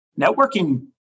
Networking